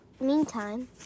meantime